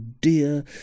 dear